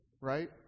right